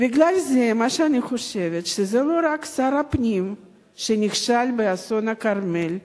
בגלל זה אני חושבת שזה לא רק שר הפנים שנכשל באסון הכרמל,